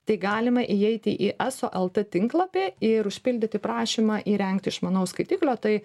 tai galima įeiti į eso lt tinklapį ir užpildyti prašymą įrengti išmanaus skaitiklio tai